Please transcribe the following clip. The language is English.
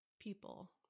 People